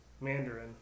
mandarin